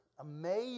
amazing